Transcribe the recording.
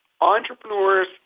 entrepreneurs